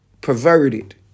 perverted